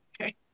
Okay